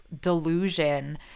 delusion